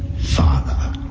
father